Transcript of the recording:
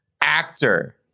Actor